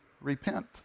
repent